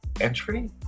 entry